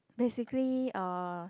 basically uh